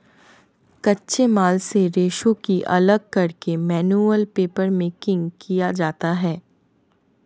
कच्चे माल से रेशों को अलग करके मैनुअल पेपरमेकिंग किया जाता है